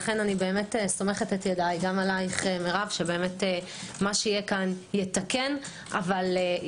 לכן אני סומכת ידיי על מירב שמה שיהיה כאן יתקן לשני